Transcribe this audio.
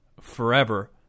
forever